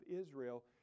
Israel